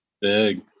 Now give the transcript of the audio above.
big